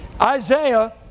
Isaiah